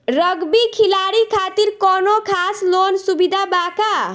Rugby खिलाड़ी खातिर कौनो खास लोन सुविधा बा का?